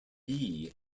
vee